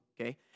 okay